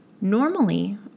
Normally